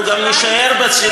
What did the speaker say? ולכן אנחנו גם נישאר בשלטון,